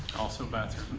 also bathroom.